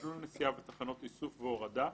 מסלול נסיעה ותחנות איסוף והורדה,